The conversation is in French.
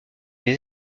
des